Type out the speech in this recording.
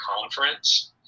conference